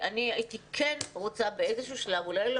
אני הייתי כן רוצה באיזשהו שלב אולי לא